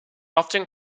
often